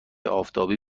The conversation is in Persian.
آفتابی